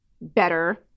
better